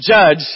judge